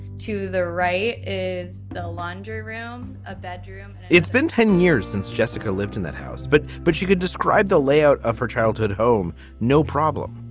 to the right? is the laundry room a bedroom? it's been ten years since jessica lived in that house. but but she could describe the layout of her childhood home. no problem.